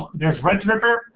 there's regripper.